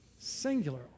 singular